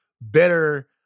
better